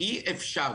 אי אפשר,